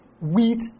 wheat